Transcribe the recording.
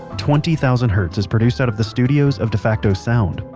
twenty thousand hertz is produced out of the studios of defacto sound,